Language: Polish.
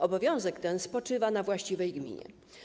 Obowiązek ten spoczywa na właściwej gminie.